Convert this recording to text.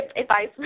advice